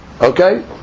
Okay